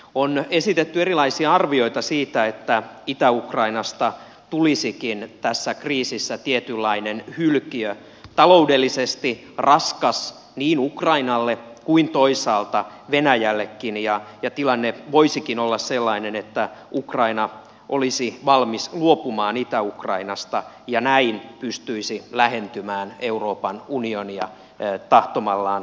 on esitetty erilaisia arvioita siitä että itä ukrainasta tulisikin tässä kriisissä tietynlainen hylkiö taloudellisesti raskas niin ukrainalle kuin toisaalta venäjällekin ja tilanne voisikin olla sellainen että ukraina olisi valmis luopumaan itä ukrainasta ja näin pystyisi lähentymään euroopan unionia tahtomallaan tavalla